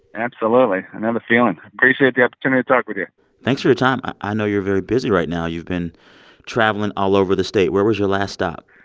absolutely. i know the feeling. appreciate the opportunity to talk with you thanks for your time. i know you're very busy right now. you've been traveling all over the state. where was your last stop?